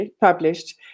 published